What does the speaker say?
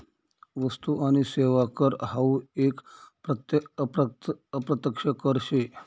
वस्तु आणि सेवा कर हावू एक अप्रत्यक्ष कर शे